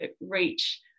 reach